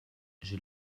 j’ai